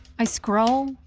i scroll.